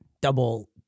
Double